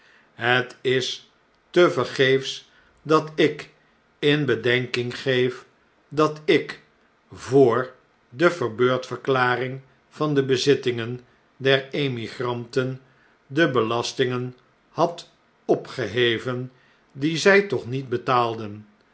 het is tevergeefs dat ik in bedenking geef dat ik voor de verbeurdverklaring van de bezittingen der emigranten de belastingen had opgeheven die zj toch niet betaalden